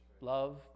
Love